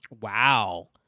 Wow